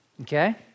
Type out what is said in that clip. okay